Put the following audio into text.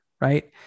right